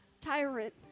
tyrant